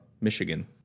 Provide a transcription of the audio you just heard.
Michigan